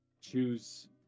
choose